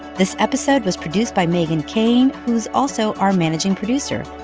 this episode was produced by meghan keane, who's also our managing producer.